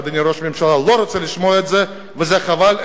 אדוני ראש הממשלה לא רוצה לשמוע את זה וזה חבל,